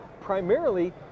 primarily